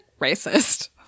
racist